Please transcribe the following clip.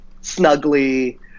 snugly